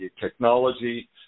technology